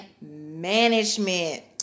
management